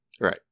Right